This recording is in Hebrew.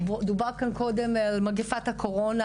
דובר כאן קודם על מגפת הקורונה.